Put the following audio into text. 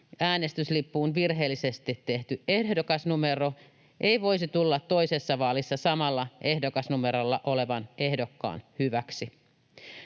äänestyslippuun virheellisesti tehty ehdokasnumero ei voisi tulla toisessa vaalissa samalla ehdokasnumerolla olevan ehdokkaan hyväksi.